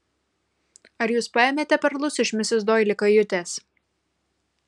ar jūs paėmėte perlus iš misis doili kajutės